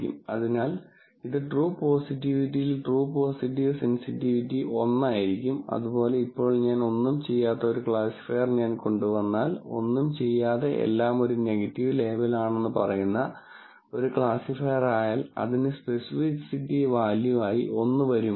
അതിനാൽ ഇത് ട്രൂ പോസിറ്റിവിറ്റിയിൽ ട്രൂ പോസിറ്റീവ് സെന്സിറ്റിവിറ്റി 1 ആയിരിക്കും അതുപോലെ ഇപ്പോൾ ഞാൻ ഒന്നും ചെയ്യാത്ത ഒരു ക്ലാസിഫയർ ഞാൻ കൊണ്ടുവന്നാൽ ഒന്നും ചെയ്യാതെ എല്ലാം ഒരു നെഗറ്റീവ് ലേബൽ ആണെന്ന് പറയുന്ന ഒരു ക്ലാസിഫയർ ആയാൽ അതിനു സ്പെസിഫിസിറ്റി വാല്യൂ ആയി 1 വരുമോ